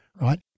right